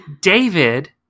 David